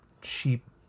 cheap